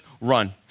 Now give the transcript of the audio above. run